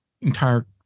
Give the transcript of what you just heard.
entire